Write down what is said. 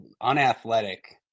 unathletic